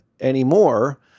anymore